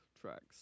tracks